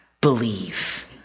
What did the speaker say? believe